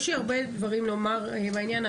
יש לי הרבה דברים לומר בעניין,